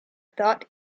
thought